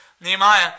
Nehemiah